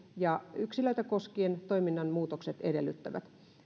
ja yksilöitä koskien toiminnan muutokset edellyttävät